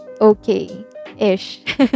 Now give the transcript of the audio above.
okay-ish